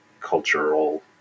cultural